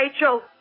Rachel